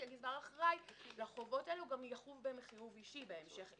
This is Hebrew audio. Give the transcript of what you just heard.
כי הגזבר אחראי לחובות האלה וגם יחוב בהם חיוב אישי בהמשך,